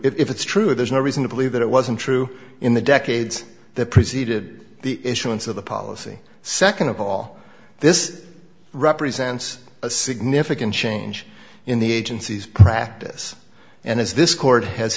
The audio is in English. if it's true there's no reason to believe that it wasn't true in the decades that preceded the issuance of the policy nd of all this represents a significant change in the agency's practice and as this court has